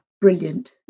brilliant